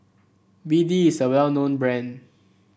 B D is a well known brand